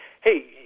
hey